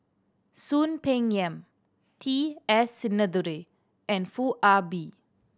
Soon Peng Yam T S Sinnathuray and Foo Ah Bee